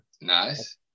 Nice